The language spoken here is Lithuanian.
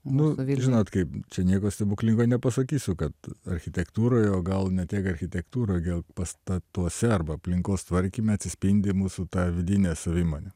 nu žinot kaip čia nieko stebuklingo nepasakysiu kad architektūroje o gal ne tiek architektūroj gal pastatuose arba aplinkos tvarkyme atsispindi mūsų tą vidinė savimonė